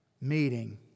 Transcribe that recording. meeting